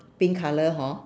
pink colour hor